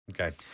Okay